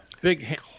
Big